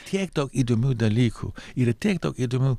tiek daug įdomių dalykų ir tiek daug įdomių